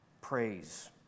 praise